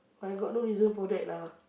I got no reason for that lah